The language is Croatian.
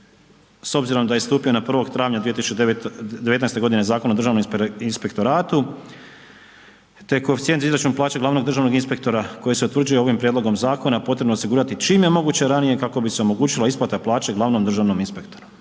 s obzirom da ne stupio na 1. travnja godine Zakon o Državnom inspektoratu te koeficijent za izračun plaće glavnog državnog inspektora koji se utvrđuje ovim prijedlogom zakona potrebno osigurati čim je moguće ranije kako bi se omogućila isplata plaće glavnom državnom inspektoru.